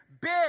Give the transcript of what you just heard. big